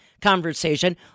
conversation